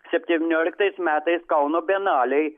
septynioliktais metais kauno bienalėj